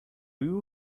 you